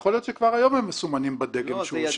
יכול להיות שכבר היום הם מסומנים דגם שאושר.